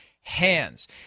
hands